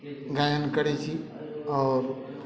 गायन करै छी आओर